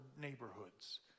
neighborhoods